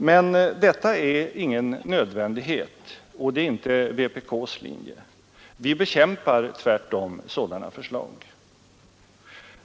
Men detta är ingen nödvändighet, och det är inte vpk:s linje. Vi bekämpar tvärtom sådana förslag.